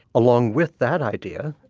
along with that idea,